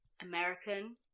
American